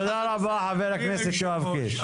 תודה רבה חבר הכנסת יואב קיש.